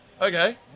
Okay